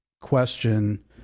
question